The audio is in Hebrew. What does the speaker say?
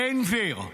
בן גביר,